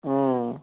অঁ